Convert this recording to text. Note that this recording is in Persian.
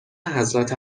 حضرت